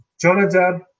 Jonadab